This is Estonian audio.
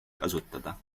kasutada